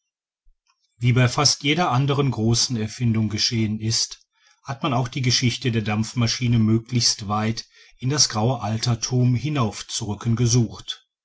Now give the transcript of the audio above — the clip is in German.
wie bei fast jeder andern großen erfindung geschehen ist hat man auch die geschichte der dampfmaschine möglichst weit in das graue alterthum hinaufzurücken gesucht